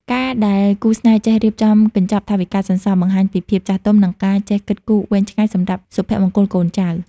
ការដែលគូស្នេហ៍ចេះ "រៀបចំកញ្ចប់ថវិកាសន្សំ" បង្ហាញពីភាពចាស់ទុំ និងការចេះគិតគូរវែងឆ្ងាយសម្រាប់សុភមង្គលកូនចៅ។